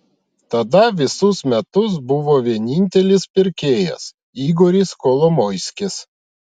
tada visus metus buvo vienintelis pirkėjas igoris kolomoiskis